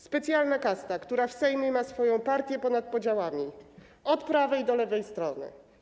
Specjalna kasta, która w Sejmie ma swoją partię ponad podziałami, od prawej do lewej strony.